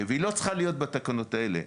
והיא לא צריכה להיות בתקנות האלה,